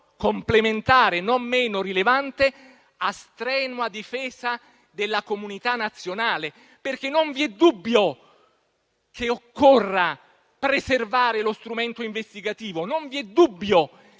complementare, non meno rilevante, a strenua difesa della comunità nazionale. Non vi è dubbio, infatti, che occorra preservare lo strumento investigativo. Non vi è dubbio